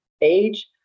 age